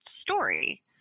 story